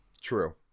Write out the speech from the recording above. True